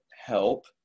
help